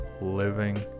living